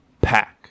pack